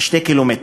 2 קילומטרים.